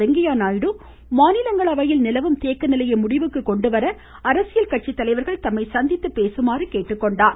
வெங்கய்யா நாயுடு மாநிலங்களவையில் நிலவும் தேக்க நிலையை முடிவிற்கு கொண்டுவர அரசியல் கட்சித்தலைவர்கள் தம்மை சந்தித்து பேசுமாறு கேட்டுக்கொண்டார்